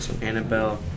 Annabelle